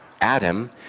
Adam